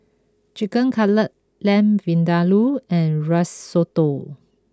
Chicken Cutlet Lamb Vindaloo and Risotto